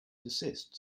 desist